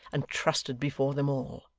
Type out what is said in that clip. and trusted before them all!